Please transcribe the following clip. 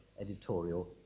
editorial